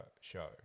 show